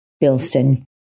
Bilston